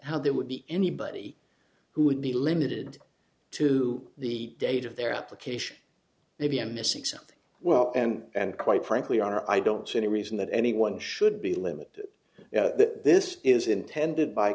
be anybody who would be limited to the date of their application maybe i'm missing something well and quite frankly our i don't see any reason that anyone should be limited that this is intended by